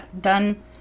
done